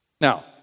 Now